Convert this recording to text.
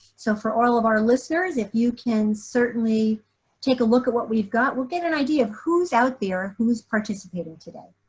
so for all of our listeners, if you can take a look at what we've got. we'll get an idea of who's out there. who is participating today.